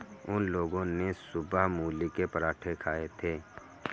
उन लोगो ने सुबह मूली के पराठे खाए थे